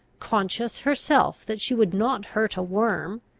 conscious herself that she would not hurt a worm,